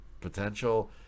potential